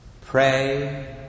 Pray